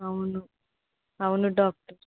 అవును అవును డాక్టర్